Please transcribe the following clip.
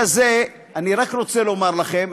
אני רק רוצה לומר לכם,